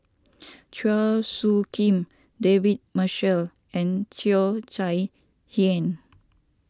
Chua Soo Khim David Marshall and Cheo Chai Hiang